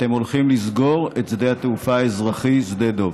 אתם הולכים לסגור את שדה התעופה האזרחי שדה דב,